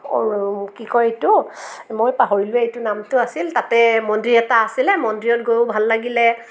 কি কয় এইটো মই পাহৰিলোৱে এইটো নামটো আছিল তাতে মন্দিৰ এটা আছিলে মন্দিৰত গৈও ভাল লাগিলে